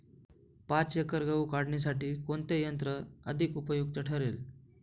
पाच एकर गहू काढणीसाठी कोणते यंत्र अधिक उपयुक्त ठरेल?